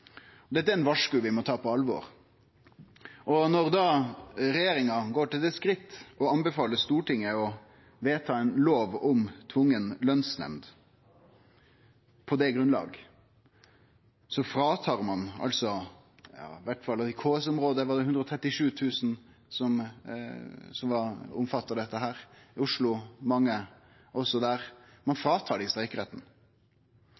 Dette er eit varsko vi må ta på alvor. Når da regjeringa går til det skritt å anbefale Stortinget å vedta ein lov om tvungen lønnsnemnd på det grunnlag, tek ein streikretten frå mange – i KS-området var det 137 000 som var omfatta av dette her, og også mange i Oslo.